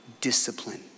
Discipline